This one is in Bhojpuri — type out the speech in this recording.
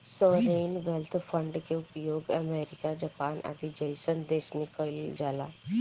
सॉवरेन वेल्थ फंड के उपयोग अमेरिका जापान आदि जईसन देश में कइल जाला